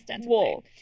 wall